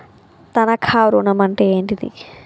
తనఖా ఋణం అంటే ఏంటిది?